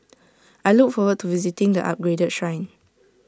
I look forward to visiting the upgraded Shrine